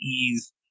ease